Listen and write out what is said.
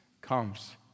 comes